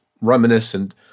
reminiscent